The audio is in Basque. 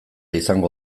izango